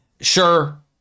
Sure